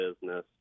business